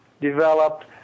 developed